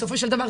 בסופו של דבר,